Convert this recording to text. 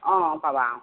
অঁ পাবা অঁ